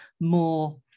more